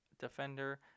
defender